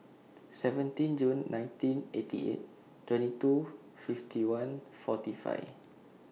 seventeen Jun nineteen eighty eight twenty two fifty one forty five